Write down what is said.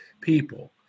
People